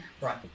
Right